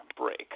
break